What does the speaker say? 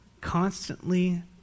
Constantly